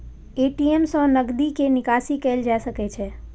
ATM सं नकदी के निकासी कैल जा सकै छै